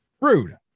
rude